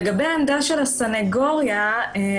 לגבי העמדה של הסניגוריה הציבורית,